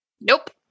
Nope